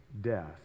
death